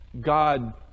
God